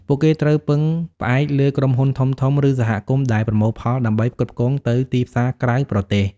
ពួកគេត្រូវពឹងផ្អែកលើក្រុមហ៊ុនធំៗ ឬសហគមន៍ដែលប្រមូលផលដើម្បីផ្គត់ផ្គង់ទៅទីផ្សារក្រៅប្រទេស។